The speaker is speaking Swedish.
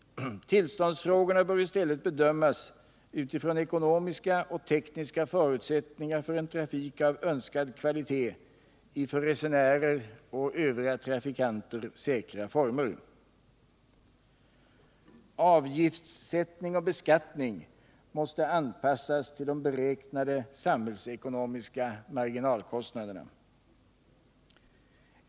Tillståndsfrågorna bör i stället bedömas utifrån ekonomiska och tekniska förutsättningar för en trafik av önskad kvalitet i för resenärer och övriga trafikanter säkra former. Avgiftssättning och beskattning måste anpassas till de beräknade samhällsekonomiska marginalkostnaderna.